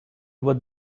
what